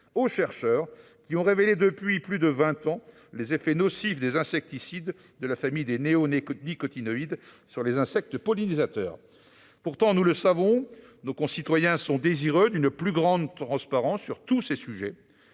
aux chercheurs qui ont révélé depuis plus de vingt ans les effets nocifs des insecticides de la famille des néonicotinoïdes sur les insectes pollinisateurs. » Pourtant, nous le savons, nos concitoyens sont demandeurs d'une plus grande transparence sur tous ces sujets.